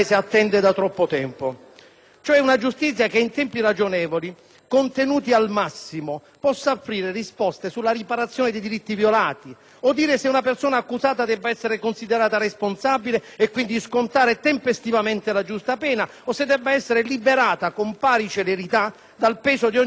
contenuti al massimo possa offrire risposte sulla riparazione dei diritti violati, o dire se una persona accusata debba essere considerata responsabile (e quindi scontare tempestivamente la giusta pena), o se debba essere liberata con pari celerità dal peso di ogni sospetto e di ogni accusa; tutto ciò in assoluta trasparenza.